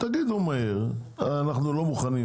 תגידו מהר, אנחנו לא מוכנים